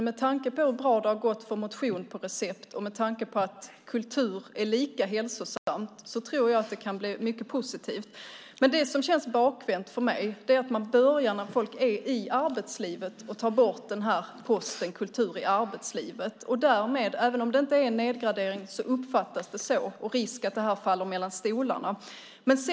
Med tanke på hur bra det har gått med motion på recept och med tanke på att kultur är lika hälsosamt tror jag att det kan bli mycket positivt. Det som känns bakvänt för mig är att man tar bort posten kultur i arbetslivet. Därmed uppfattas det som nedgradering, även om det inte är nedgradering. Risken finns att det hela faller mellan stolarna.